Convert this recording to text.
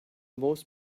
most